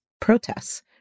protests